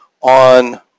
On